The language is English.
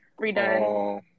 redone